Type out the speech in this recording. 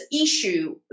issue